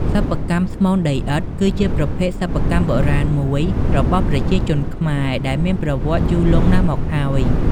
សិប្បកម្មស្មូនដីឥដ្ឋ គឺជាប្រភេទសិប្បកម្មបុរាណមួយរបស់ប្រជាជនខ្មែរដែលមានប្រវត្តិយូរលង់ណាស់មកហើយ។